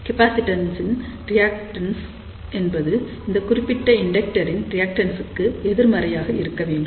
capacitance ன் reactance என்பது இந்த குறிப்பிட்ட இண்டக்டர் ன் ரியாக்சன்ஸ் க்கு எதிர்மறையாக இருக்கவேண்டும்